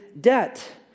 debt